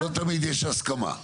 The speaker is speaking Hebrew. לא תמיד יש הסכמה.